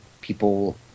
people